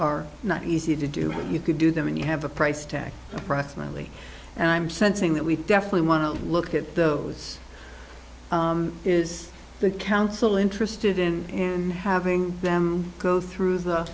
are not easy to do when you could do them and you have a price tag approximately and i'm sensing that we definitely want to look at those is the council interested in having them go through the